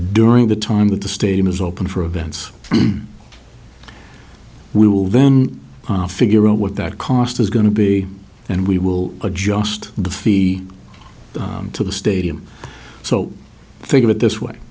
during the time that the stadium is open for events we will then figure out what that cost is going to be and we will adjust the fee to the stadium so think of it this way